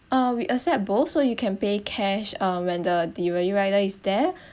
uh we accept both so you can pay cash uh when the delivery rider is there